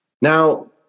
Now